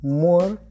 more